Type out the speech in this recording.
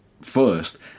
first